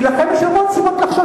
כי לכם יש המון סיבות לחשוש.